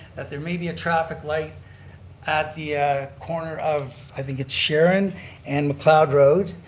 that there may be a traffic light at the ah corner of, i think it's sharon and mcleod road,